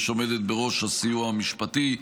שעומדת בראש הסיוע המשפטי,